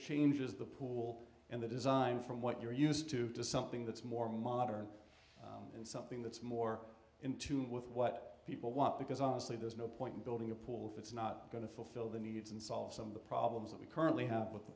changes the pool and the design from what you're used to to something that's more modern something that's more in tune with what people want because honestly there's no point building a pool it's not going to fulfill the needs and solve some of the problems that we currently have with the